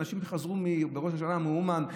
אנשים חזרו בראש השנה מאומן,